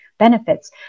benefits